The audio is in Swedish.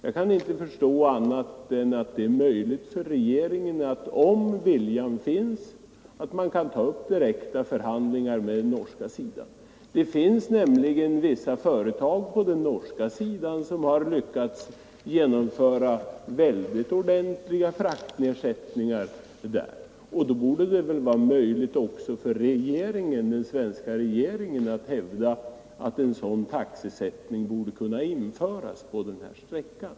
Jag kan inte förstå annat än att det är möjligt för regeringen att om viljan finns ta upp sådana förhandlingar. Vissa företag har lyckats genomdriva ordentliga fraktnedsättningar på den norska sidan. Då borde även den svenska regeringen kunna hävda att en sådan taxesättning bör införas för trafiken mellan Jämtland och Tröndelagen.